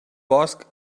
bosc